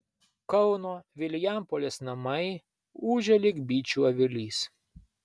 kauno vilijampolės namai ūžia lyg bičių avilys